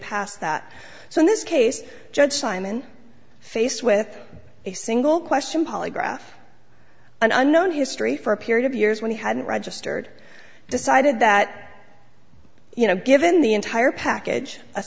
past that so in this case judge simon faced with a single question polygraph an unknown history for a period of years when he hadn't registered decided that you know given the entire package a